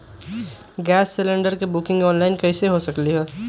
Gas cylinder के booking online कईसे हो सकलई ह?